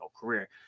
career